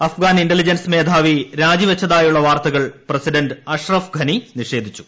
Afghan intelligence മേധാവി രാജിവച്ചതായുള്ള വാർത്തകൾ പ്രസി ഡന്റ് അഷ്റഫ് ഘനി നിഷേധിച്ചു